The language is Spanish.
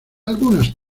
algunas